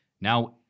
Now